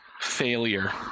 failure